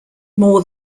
more